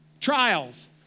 Trials